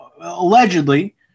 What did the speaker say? allegedly